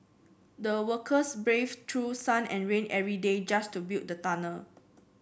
the workers braved through sun and rain every day just to build the tunnel